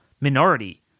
minority